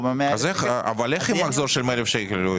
ב-100,000 --- אז איך עם מחזור של 100,000 שקל?